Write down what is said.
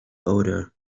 odour